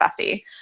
bestie